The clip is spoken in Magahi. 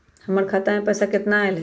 हमर खाता मे पैसा केतना है?